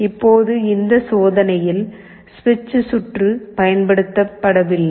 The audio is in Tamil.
இப்போது இந்த சோதனையில் சுவிட்ச் சுற்று பயன்படுத்தப்படவில்லை